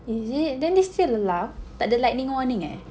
is it then they still allow tak de lightning warning eh